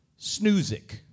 Snoozic